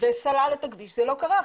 וסלל את הכביש, זה לא קרה.